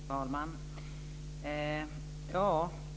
Fru talman!